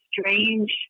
strange